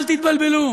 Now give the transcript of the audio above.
אל תתבלבלו,